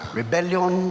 rebellion